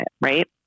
right